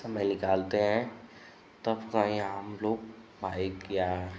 समय निकालते हैं तब कहीं हमलोग बाइक़ या